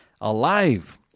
alive